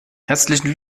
herzlichen